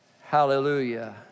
Hallelujah